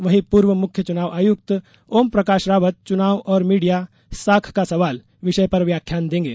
वहीं पूर्व मुख्य चुनाव आयुक्त ओमप्रकाश रावत चुनाव और मीडिया साख का सवाल विषय पर व्याख्यान देंगे